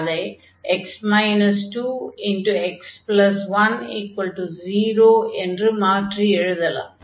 அதை x 2x10 என்று மாற்றி எழுதலாம்